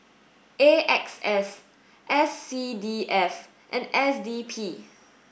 A X S S C D F and S D P